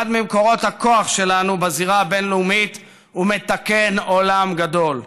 אחד ממקורות הכוח שלנו בזירה הבין-לאומית ומתקן עולם גדול.